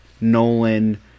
Nolan